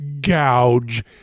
gouge